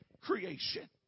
creation